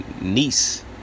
Niece